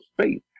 faith